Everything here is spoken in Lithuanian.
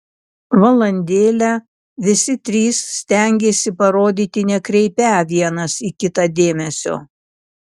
valandėlę visi trys stengėsi parodyti nekreipią vienas į kitą dėmesio